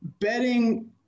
betting